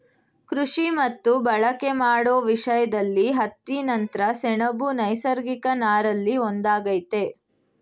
ಕೃಷಿ ಮತ್ತು ಬಳಕೆ ಮಾಡೋ ವಿಷಯ್ದಲ್ಲಿ ಹತ್ತಿ ನಂತ್ರ ಸೆಣಬು ನೈಸರ್ಗಿಕ ನಾರಲ್ಲಿ ಒಂದಾಗಯ್ತೆ